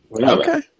Okay